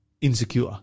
insecure